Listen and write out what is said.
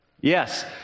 Yes